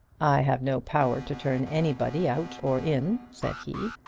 i have no power to turn anybody out or in, said he.